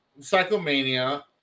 Psychomania